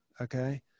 okay